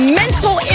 mental